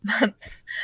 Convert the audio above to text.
months